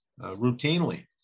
routinely